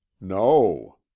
No